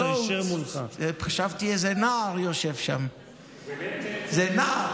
ואנחנו חושבים ש-100% זה כל הסיפור,